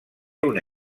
una